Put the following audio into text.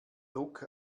druck